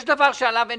יש דבר שאין עליו ויכוח,